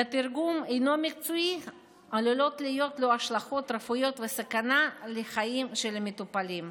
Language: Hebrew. לתרגום לא מקצועי עלולות להיות השלכות רפואיות וסכנה לחיים של המטופלים.